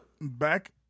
Back